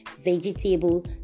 vegetable